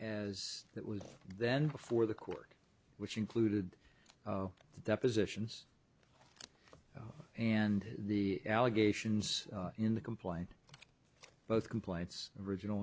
as that was then before the court which included the depositions and the allegations in the complaint both complaints original